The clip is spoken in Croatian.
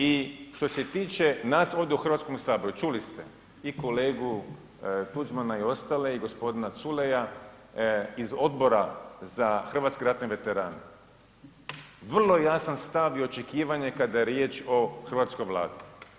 I što se tiče nas ovdje u Hrvatskom saboru, čuli ste i kolegu Tuđmana i ostale i gospodina Culeja, iz Odbora za hrvatske ratne veterane vrlo jasan stav i očekivanje kada je riječ o hrvatskoj Vladi.